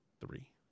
three